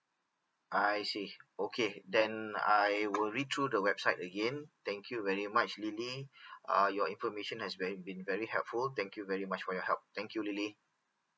I see okay then I will read through the website again thank you very much lily uh your information has very been very helpful thank you very much for your help thank you lily